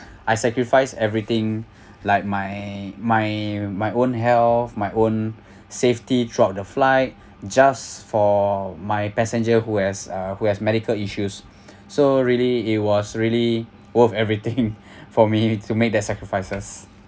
I sacrifice everything like my my my own health my own safety throughout the flight just for my passenger who has uh who has medical issues so really it was really worth everything for me to make the sacrifices